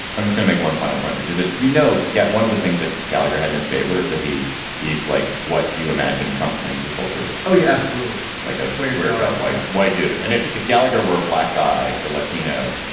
i'm just gonna make one final point, which is that, you know, get one of the things that gallagher had in his favor is that he he's like, what you imagine trump thinks the soldier looks yeah absolutely so like a square jawed, white white dude and if if gallagher were a black guy or latino,